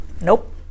Nope